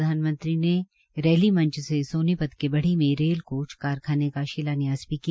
प्रधानमंत्री ने रैली मंच से सोनीपत के बढ़ी में रेल कोच कारखाने का शिलान्यास किया